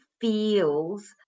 feels